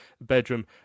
Bedroom